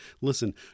Listen